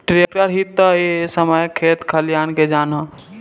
tractor ही ता ए समय खेत खलियान के जान ह